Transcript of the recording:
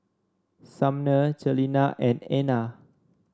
Sumner Celina and Anna